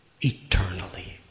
eternally